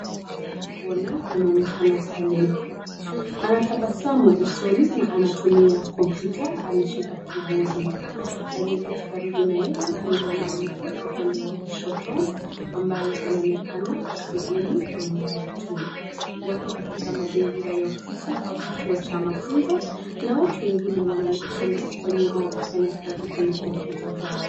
Mlemavu wa kuona anaonekana pale, anatabasamu usoni na anatumia kompyuta, ameshika kibodi. Aliyeketi karibu na yeye ni mwanamke, upande wa kushoto, ambaye anaonekana kwa sehemu ya umbali tu. Wako katika mazingira ya ofisi au kituo cha mafunzo na watu wengine wanaonekana kwa nyuma wakifanya kazi kwenye kompyuta zao.